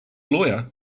lawyer